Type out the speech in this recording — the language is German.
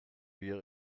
wir